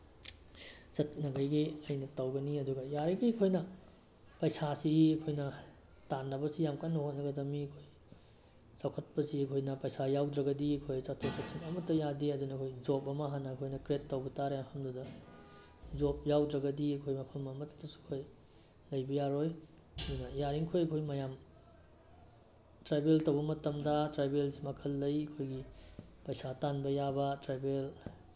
ꯆꯠꯅꯕꯒꯤ ꯑꯩꯅ ꯇꯧꯒꯅꯤ ꯑꯗꯨꯒ ꯌꯥꯔꯤꯈꯩ ꯑꯩꯈꯣꯏꯅ ꯄꯩꯁꯥꯁꯤ ꯑꯩꯈꯣꯏꯅ ꯇꯥꯟꯅꯕꯁꯤ ꯌꯥꯝ ꯀꯟꯅ ꯍꯣꯠꯅꯒꯗꯕꯅꯤ ꯑꯩꯈꯣꯏ ꯆꯥꯎꯈꯠꯄꯁꯤ ꯑꯩꯈꯣꯏꯅ ꯄꯩꯁꯥ ꯌꯥꯎꯗ꯭ꯔꯒꯗꯤ ꯑꯩꯈꯣꯏ ꯆꯠꯊꯣꯛ ꯆꯠꯁꯤꯟ ꯑꯃꯠꯇ ꯌꯥꯗꯦ ꯑꯗꯨꯅ ꯑꯩꯈꯣꯏ ꯖꯣꯕ ꯑꯃ ꯍꯥꯟꯅ ꯑꯩꯈꯣꯏꯅ ꯀ꯭ꯔꯦꯠ ꯇꯧꯕ ꯇꯥꯔꯦ ꯃꯐꯝꯗꯨꯗ ꯖꯣꯕ ꯌꯥꯎꯗ꯭ꯔꯗꯤ ꯑꯩꯈꯣꯏ ꯃꯐꯝ ꯑꯃꯠꯇꯗꯁꯨ ꯑꯩꯈꯣꯏ ꯂꯩꯕ ꯌꯥꯔꯣꯏ ꯑꯗꯨꯅ ꯌꯥꯔꯤꯈꯣꯏ ꯑꯩꯈꯣꯏ ꯃꯌꯥꯝ ꯇ꯭ꯔꯥꯕꯦꯜ ꯇꯧꯕ ꯃꯇꯝꯗ ꯇ꯭ꯔꯥꯕꯦꯜꯁꯤ ꯃꯈꯜ ꯂꯩ ꯑꯩꯈꯣꯏꯒꯤ ꯄꯩꯁꯥ ꯇꯥꯟꯕ ꯌꯥꯕ ꯇ꯭ꯔꯥꯕꯦꯜ